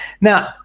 Now